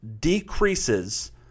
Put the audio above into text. decreases